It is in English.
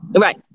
Right